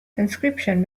conscription